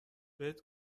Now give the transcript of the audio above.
بهت